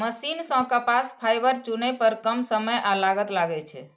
machine सं कपास fibre चुनै पर कम समय आ लागत लागै छै